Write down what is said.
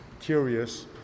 curious